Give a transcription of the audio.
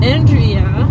Andrea